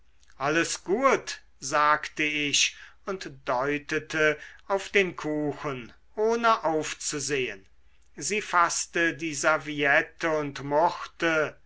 alles guet sagte ich und deutete auf den kuchen ohne aufzusehen sie faßte die serviette und murrte